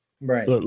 right